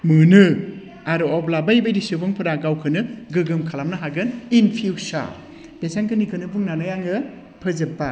मोनो आरो अब्ला बैबायदि सुबुंफोरा गावखौनो गोगोम खालामनो हागोन इन फिउसार बेसेबांखिनिखौनो बुंनानै आङो फोजोब्बाय